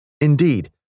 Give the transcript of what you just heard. Indeed